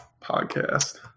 podcast